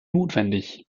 notwendig